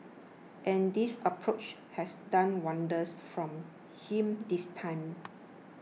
and this approach has done wonders from him this time